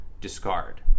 discard